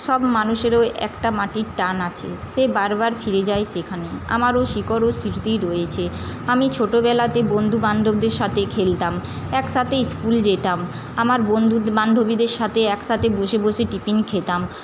সব মানুষেরও একটা মাটির টান আছে সে বারবার ফিরে যায় সেখানে আমারও শিকড়ও স্মৃতি রয়েছে আমি ছোটোবেলাতে বন্ধুবান্ধবদের সাথে খেলতাম একসাথে স্কুল যেতাম আমার বন্ধুর বান্ধবীদের সাথে একসাথে বসে বসে টিফিন খেতাম